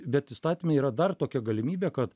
bet įstatyme yra dar tokia galimybė kad